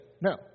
No